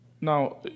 Now